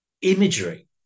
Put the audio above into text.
imagery